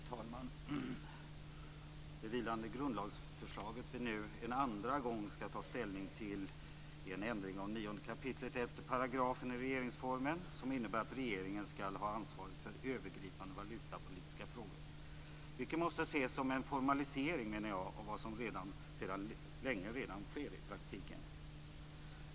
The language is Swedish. Fru talman! Det vilande grundlagsförslaget, som vi nu en andra gång skall ta ställning till, är en ändring av 9 kap. 11 § i regeringsformen. Det innebär att regeringen skall ha ansvaret för övergripande valutapolitiska frågor, vilket måste ses som en formalisering av vad som redan sedan länge sker i praktiken.